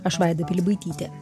aš vaida pilibaitytė